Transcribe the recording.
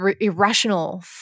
irrational